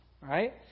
right